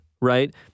right